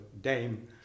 Dame